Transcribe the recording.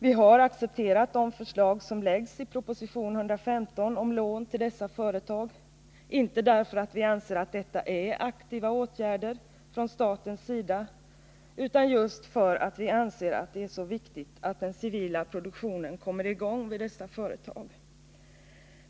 Vi har accepterat de förslag som läggs fram i proposition 115 om lån till dessa företag, inte därför att vi anser att det är fråga om aktiva åtgärder från statens sida, utan just för att vi menar att det är så viktigt att den civila produktionen kommer i gång vid dessa företag.